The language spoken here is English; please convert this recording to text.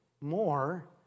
more